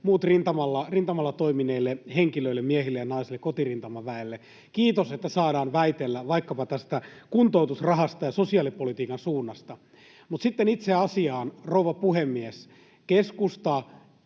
muille rintamalla toimineille henkilöille, miehille ja naisille, kotirintamaväelle kiitos, että saadaan väitellä vaikkapa tästä kuntoutusrahasta ja sosiaalipolitiikan suunnasta. Mutta sitten itse asiaan, rouva puhemies! Keskusta